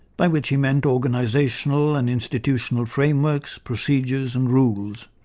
by which he meant organisational and institutional frameworks, procedures and rules.